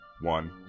one